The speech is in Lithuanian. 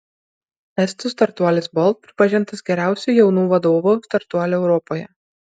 estų startuolis bolt pripažintas geriausiu jaunų vadovų startuoliu europoje